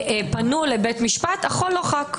פנו לבית משפט - החוק לא חל.